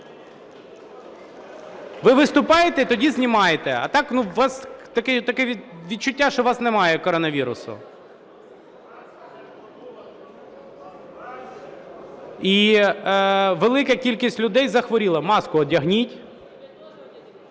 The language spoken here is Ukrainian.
Ви виступаєте, тоді знімаєте, а так таке відчуття, що у вас немає коронавірусу. І велика кількість людей захворіла. Маску одягніть.